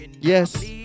Yes